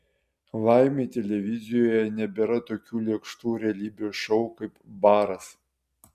laimei televizijoje nebėra tokių lėkštų realybės šou kaip baras